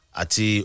ati